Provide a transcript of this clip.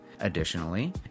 Additionally